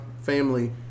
family